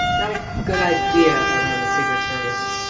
not a good idea around the secret service.